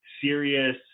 serious